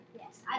Yes